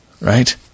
right